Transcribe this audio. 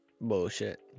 bullshit